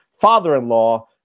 father-in-law